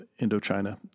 Indochina